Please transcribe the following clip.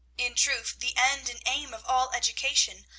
in truth the end and aim of all education,